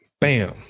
bam